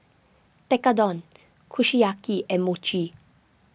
Tekkadon Kushiyaki and Mochi